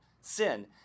sin